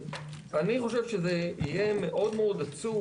אני חושב שזה יהיה מאוד מאוד עצוב,